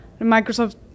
Microsoft